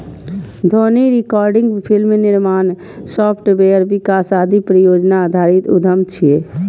ध्वनि recording, film निर्माण, software विकास आदि परियोजना आधारित उद्यम छियै